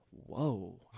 whoa